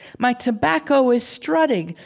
my tobacco is strutting,